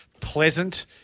pleasant